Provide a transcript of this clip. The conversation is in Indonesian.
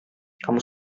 kamu